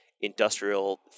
industrial